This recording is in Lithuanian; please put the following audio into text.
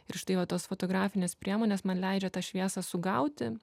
ir štai va tos fotografinės priemonės man leidžia tą šviesą sugauti